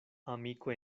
amiko